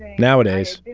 nowadays,